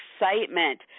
excitement